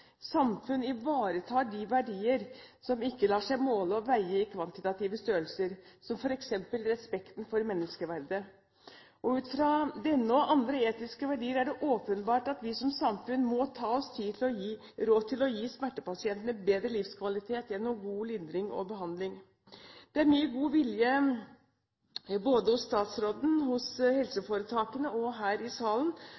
samfunn ivaretar de verdier som ikke lar seg måle og veie i kvantitative størrelser, som f.eks. respekten for menneskeverdet. Ut fra denne og andre etiske verdier er det åpenbart at vi som samfunn må ta oss råd til å gi smertepasientene bedre livskvalitet gjennom god lindring og behandling. Det er mye god vilje, både hos statsråden, hos